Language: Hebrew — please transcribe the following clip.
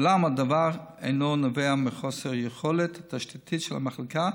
אולם הדבר אינו נובע מחוסר יכולת תשתיתית של המחלקה,